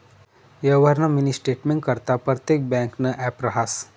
यवहारना मिनी स्टेटमेंटकरता परतेक ब्यांकनं ॲप रहास